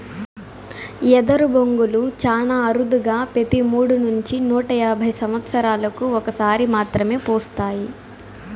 ఎదరు బొంగులు చానా అరుదుగా పెతి మూడు నుంచి నూట యాభై సమత్సరాలకు ఒక సారి మాత్రమే పూస్తాయి